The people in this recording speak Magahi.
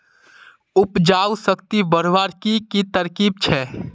उपजाऊ शक्ति बढ़वार की की तरकीब छे?